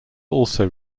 also